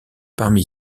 parmi